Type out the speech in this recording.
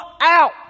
out